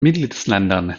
mitgliedsländern